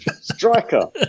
striker